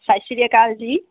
ਸਤਿ ਸ਼੍ਰੀ ਅਕਾਲ ਜੀ